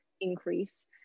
increase